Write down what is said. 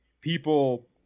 people